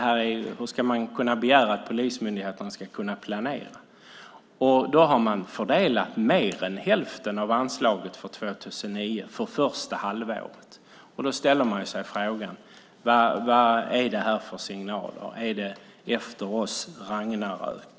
Hur ska man kunna begära att polismyndigheterna ska kunna planera? Man har fördelat mer än hälften av anslaget för 2009 för första halvåret. Vad är det för signaler? Är det efter oss Ragnarök?